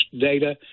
data